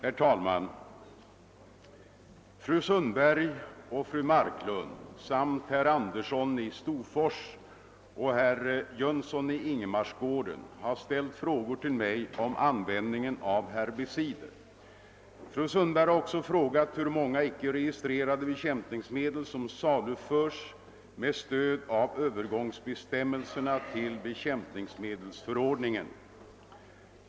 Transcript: Herr talman! Fru Sundberg och fru Marklund samt herr Andersson i Storfors och herr Jönsson i Ingemarsgården har ställt frågor till mig om användningen av herbicider. Fru Sundberg har också frågat hur många icke registrerade bekämpningsmedel som saluförs med stöd av övergångsbestämmelserna till bekämpningsmedelsförordningen.